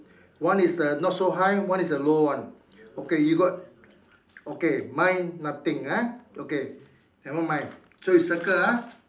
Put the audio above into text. one is the not so high one is the low one okay you got okay mine nothing ah okay never mind so you circle ah